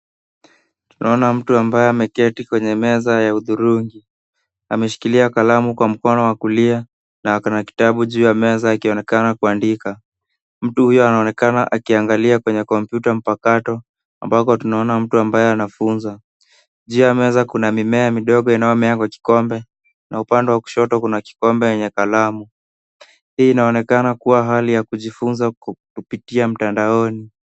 Tunaona mtu ambaye ameketi kwenye meza ya hudhurungi. Ameshikilia kalamu kwa mkono wa kulia na akona kitabu juu ya meza akionekana kuandika. Mtu huyo anaonekana akiangalia kwenye kompyuta mpakato, ambako tunaona mtu ambaye anafunza .Juu ya meza kuna mimea midogo inayomea kwa kikombe, na upande wa kushoto kuna kikombe yenye kalamu. Hii inaonekana kuwa hali ya kujifunza kupitia mtandaoni.